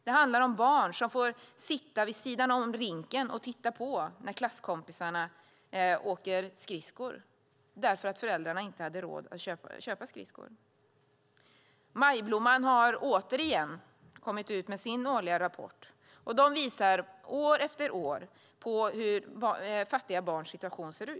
Det handlar om barn som får sitta vid sidan om rinken och titta på när klasskompisarna åker skridskor därför att föräldrarna inte har råd att köpa skridskor. Majblomman har återigen kommit med sin årliga rapport, och den visar år efter år hur fattiga barns situation ser ut.